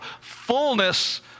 fullness